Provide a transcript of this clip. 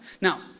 Now